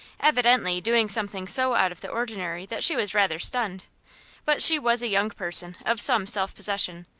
evidently doing something so out of the ordinary that she was rather stunned but she was a young person of some self-possession,